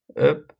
up